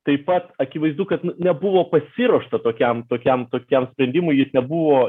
taip pat akivaizdu kad nebuvo pasiruošta tokiam tokiam tokiam sprendimui jis nebuvo